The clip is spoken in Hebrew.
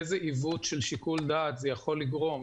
איזה עיוות של שיקול דעת זה יכול לגרום.